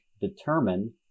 determine